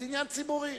זה עניין ציבורי.